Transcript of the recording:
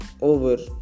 over